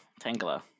Tangela